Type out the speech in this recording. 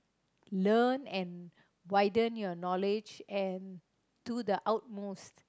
learn and widen your knowledge and to the outmost